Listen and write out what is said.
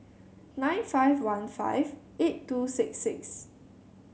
nine five one five eight two six six